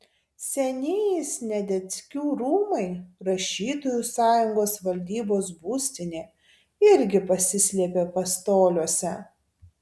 senieji sniadeckių rūmai rašytojų sąjungos valdybos būstinė irgi pasislėpė pastoliuose